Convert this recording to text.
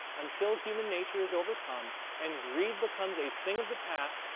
until human nature is overcome and greed becomes a thing of the past,